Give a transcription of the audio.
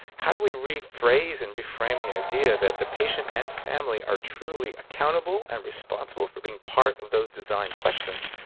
how do we rephrase and reframe the idea that the patient and family are truly accountable and responsible for being part of those design questions?